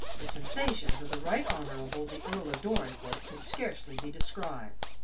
the sensations of the right honourable the earl of dorincourt could scarcely be described.